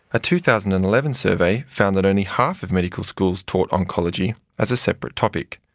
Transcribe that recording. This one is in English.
a two thousand and eleven survey found that only half of medical schools taught oncology as a separate topic.